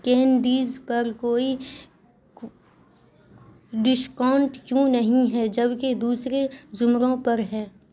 candies پر کوئی discount کیوں نہیں ہے جب کہ دوسرے زمروں پر ہے